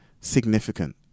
significant